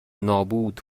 نابود